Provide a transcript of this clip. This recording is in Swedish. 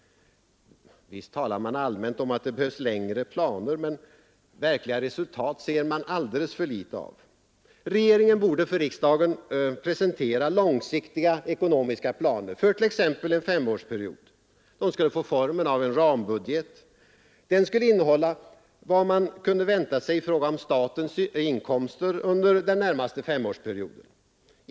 Visst talar man allmänt om att det behövs längre planer, men verkliga resultat ser man alldeles för litet av. Regeringen borde för riksdagen presentera långsiktiga ekonomiska planer för t.ex. en femårsperiod. De skulle få formen av en rambudget. Den skulle innehålla vad man kunde vänta sig i fråga om statens inkomster under den närmaste femårsperioden.